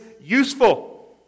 useful